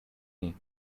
name